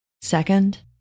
Second